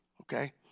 Okay